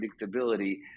predictability